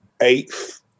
eighth